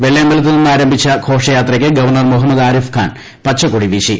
വെള്ളയമ്പലത്ത് നിന്ന് ആരംഭിച്ച ഘോഷയാത്രയ്ക്ക് ഗവർണർ മുഹമ്മദ് ആരിഫ് ഖാൻ പച്ചക്കൊടി വീശി